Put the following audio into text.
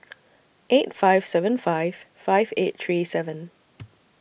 eight five seven five five eight three seven